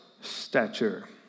stature